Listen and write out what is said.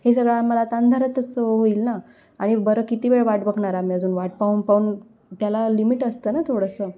हे सगळं आम्हाला अंधारातचं होईल ना आणि बरं किती वेळ वाट बघणार आम्ही अजून वाट पाहून पाहून त्याला लिमिट असतं ना थोडंसं